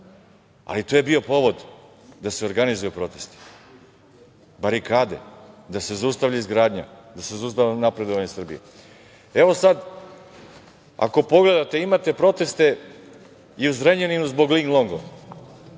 ali to je bio povod da se organizuju protesti, barikade, da se zaustavi izgradnja, da se zaustavi napredovanje Srbije. Ako pogledate, imate proteste i u Zrenjaninu zbog „Linglonga“.